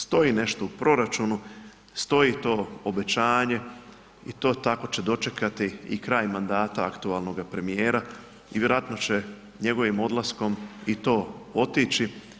Stoji nešto u proračunu, stoji to obećanje i to tako će dočekati i kraj mandata aktualnog premijera i vjerojatno će njegovim odlaskom i to otići.